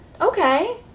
Okay